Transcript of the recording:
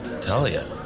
Talia